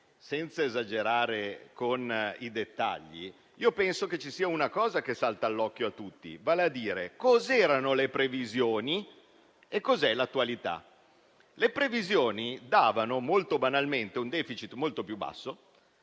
senza esagerare con i dettagli, penso che ci sia una cosa che salta all'occhio a tutti, vale a dire cos'erano le previsioni e cos'è l'attualità. Le previsioni davano molto banalmente un *deficit* molto più basso